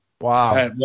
Wow